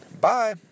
Bye